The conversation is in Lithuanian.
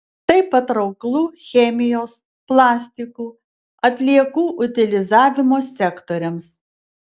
tai patrauklu chemijos plastikų atliekų utilizavimo sektoriams